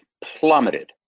plummeted